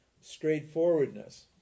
Straightforwardness